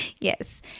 Yes